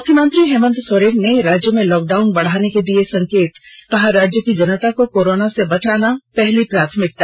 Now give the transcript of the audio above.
मुख्यमंत्री हेमंत सोरेन ने राज्य में लॉकडाउन बढ़ाने के दिये संकेत कहा राज्य की जनता को कोरोना से बचाना पहली प्राथमिकता